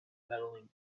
medaling